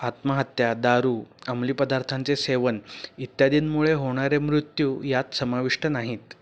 आत्महत्या दारू अंमली पदार्थांचे सेवन इत्यादींमुळे होणारे मृत्यू यात समाविष्ट नाहीत